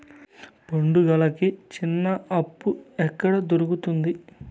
పండుగలకి చిన్న అప్పు ఎక్కడ దొరుకుతుంది